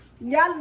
y'all